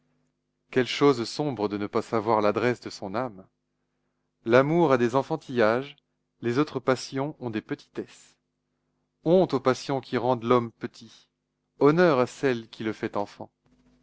quelle chose sombre de ne pas savoir l'adresse de son âme l'amour a des enfantillages les autres passions ont des petitesses honte aux passions qui rendent l'homme petit honneur à celle qui le fait enfant